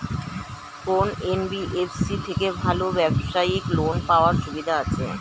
কোন এন.বি.এফ.সি থেকে ভালো ব্যবসায়িক লোন পাওয়ার সুবিধা আছে?